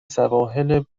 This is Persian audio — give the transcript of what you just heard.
سواحل